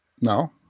no